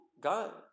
God